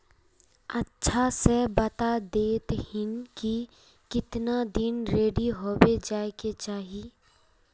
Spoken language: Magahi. अच्छा से बता देतहिन की कीतना दिन रेडी होबे जाय के चही?